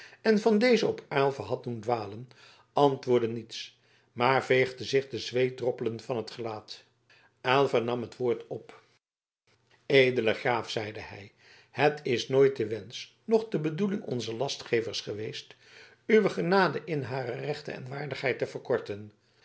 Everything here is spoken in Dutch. en van dezen op aylva had doen dwalen antwoordde niets maar veegde zich de zweetdroppelen van t gelaat aylva nam het woord op edele graaf zeide hij het is nooit de wensch noch de bedoeling onzer lastgevers geweest uwe genade in hare rechten en waardigheid te verkorten